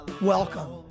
Welcome